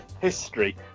history